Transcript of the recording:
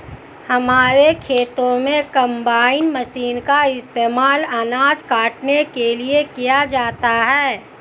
हमारे खेतों में कंबाइन मशीन का इस्तेमाल अनाज काटने के लिए किया जाता है